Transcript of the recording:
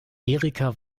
erika